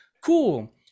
Cool